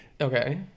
okay